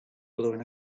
blown